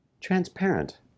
Transparent